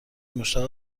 مشتاق